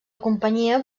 companyia